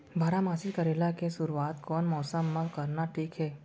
बारामासी करेला के शुरुवात कोन मौसम मा करना ठीक हे?